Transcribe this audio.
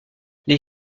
les